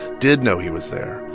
did know he was there,